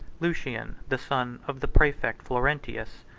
lucian, the son of the praefect florentius,